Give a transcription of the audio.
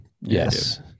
Yes